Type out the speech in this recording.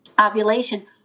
ovulation